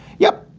yep,